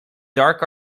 dark